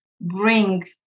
bring